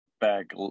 back